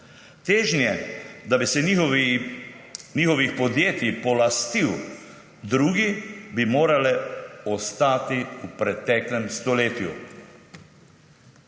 Težnje, da bi se njihovih podjetij polastil drugi, bi morale ostati v preteklem stoletju.